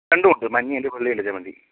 രണ്ടുണ്ട് മഞ്ഞയുണ്ട് വെള്ളയുണ്ട് ജമന്തി